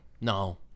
No